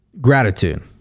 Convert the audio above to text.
Gratitude